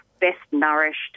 best-nourished